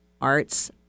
Arts